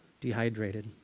dehydrated